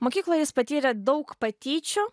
mokykloj jis patyrė daug patyčių